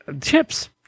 chips